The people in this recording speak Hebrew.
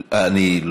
לא,